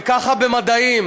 וככה במדעים.